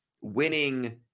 winning